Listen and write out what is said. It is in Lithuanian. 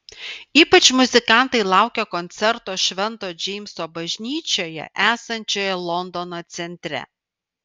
ypač muzikantai laukia koncerto švento džeimso bažnyčioje esančioje londono centre